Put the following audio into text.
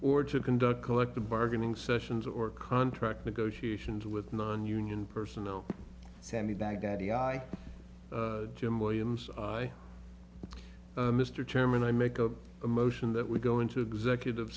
or to conduct collective bargaining sessions or contract negotiations with nonunion personnel sandy baghdadi guy jim williams mr chairman i make of a motion that we go into executive